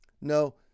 No